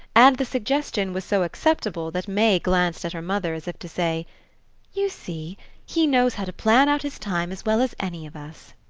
and the suggestion was so acceptable that may glanced at her mother as if to say you see he knows how to plan out his time as well as any of us.